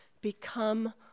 become